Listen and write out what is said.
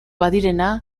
badirena